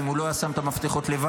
ואם הוא לא היה שם את המפתחות לבד,